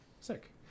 Sick